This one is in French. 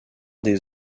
des